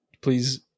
Please